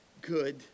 good